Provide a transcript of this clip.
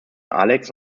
alex